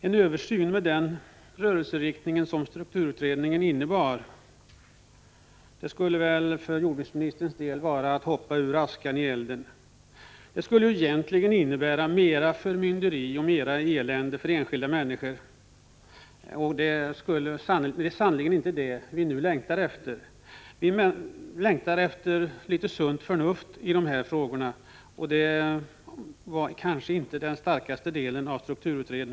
En översyn med den rörelseriktning som strukturutredningen angav skulle för jordbruksministerns del vara att hoppa ur askan i elden. Det skulle ju egentligen innebära mer förmynderi och ytterligare elände för enskilda människor. Det är sannerligen inte vad vi nu längtar efter. Vi längtar efter litet sunt förnuft i dessa frågor, och det var kanske inte strukturutredningens starka sida.